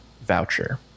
voucher